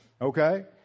okay